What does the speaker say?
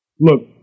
Look